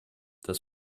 dass